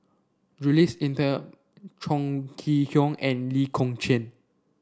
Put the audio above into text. Jules Itier Chong Kee Hiong and Lee Kong Chian